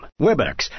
Webex